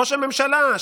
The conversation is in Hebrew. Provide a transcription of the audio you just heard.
ראש הממשלה,